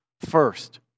first